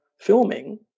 filming